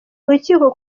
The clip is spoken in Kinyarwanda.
urukiko